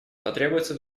потребуется